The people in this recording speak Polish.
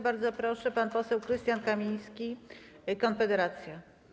Bardzo proszę, pan poseł Krystian Kamiński, Konfederacja.